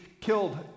killed